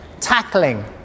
Tackling